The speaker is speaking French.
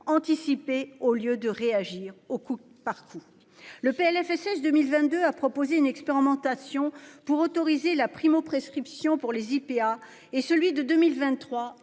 anticiper au lieu de réagir au coup par coup. Le PLFSS 2022 a proposé une expérimentation pour autoriser la primo-prescription pour les IPA et celui de 2023,